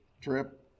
trip